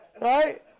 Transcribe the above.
right